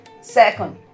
Second